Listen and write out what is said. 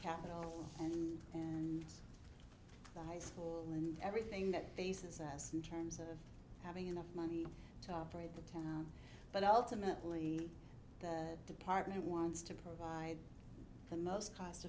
capital and and the high school and everything that faces us in terms of having enough money to operate the town but ultimately the department wants to provide the most cost